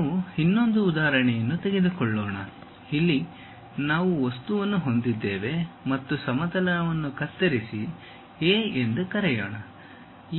ನಾವು ಇನ್ನೊಂದು ಉದಾಹರಣೆಯನ್ನು ತೆಗೆದುಕೊಳ್ಳೋಣ ಇಲ್ಲಿ ನಾವು ವಸ್ತುವನ್ನು ಹೊಂದಿದ್ದೇವೆ ಮತ್ತು ಸಮತಲವನ್ನು ಕತ್ತರಿಸಿ ಎ ಎಂದು ಕರೆಯೋಣ